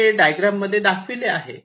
ते डायग्राम मध्ये दाखविले आहे